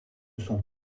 sont